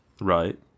Right